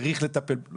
צריך לטפל בוועדת הפנים.